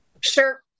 Sure